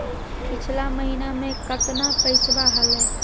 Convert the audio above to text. पिछला महीना मे कतना पैसवा हलय?